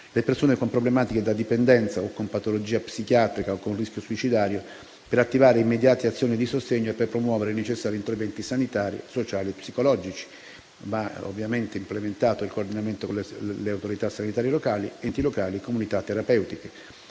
le persone con problematiche da dipendenza, con patologia psichiatrica o con rischio suicidario, per attivare immediate azioni di sostegno e promuovere i necessari interventi sanitari, sociali e psicologici. Va ovviamente implementato il coordinamento con le autorità sanitarie locali, con gli enti locali e con le comunità terapeutiche.